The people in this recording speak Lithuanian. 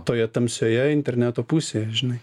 toje tamsioje interneto pusėje žinai